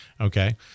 okay